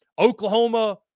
Oklahoma